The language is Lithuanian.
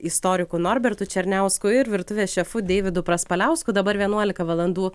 istoriku norbertu černiausku ir virtuvės šefu deividu praspaliausku dabar vienuolika valandų